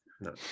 no